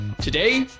Today